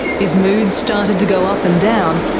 his moods started to go up and down,